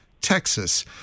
Texas